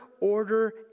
order